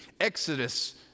Exodus